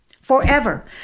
forever